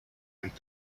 and